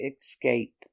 escape